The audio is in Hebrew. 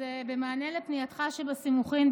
אז במענה על פנייתך שבסימוכין,